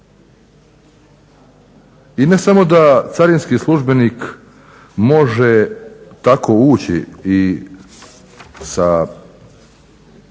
I ne samo da carinski službenik može tako ući sa